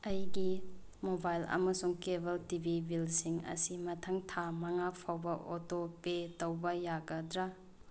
ꯑꯩꯒꯤ ꯃꯣꯕꯥꯏꯜ ꯑꯃꯁꯨꯡ cable T V ꯕꯤꯜꯁꯤꯡ ꯑꯁꯤ ꯃꯊꯪ ꯊꯥ ꯃꯉꯥꯐꯥꯎꯕ ꯑꯣꯇꯣ ꯄꯦ ꯇꯧꯕ ꯌꯥꯒꯗ꯭ꯔꯥ